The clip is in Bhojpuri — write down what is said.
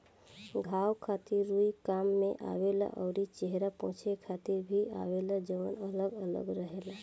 घाव खातिर रुई काम में आवेला अउरी चेहरा पोछे खातिर भी आवेला जवन अलग अलग रहेला